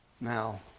Now